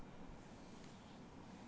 oh